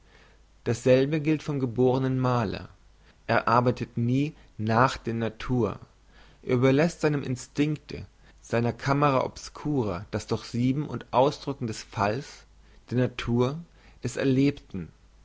dasselbe gilt vom gebornen maler er arbeitet nie nach der natur er überlässt seinem instinkte seiner camera obscura das durchsieben und ausdrücken des falls der natur des erlebten